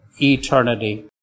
eternity